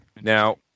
Now